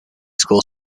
school